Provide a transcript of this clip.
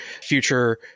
future